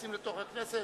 מתכנסים לתוך האולם,